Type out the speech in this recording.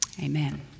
Amen